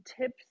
tips